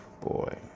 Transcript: boy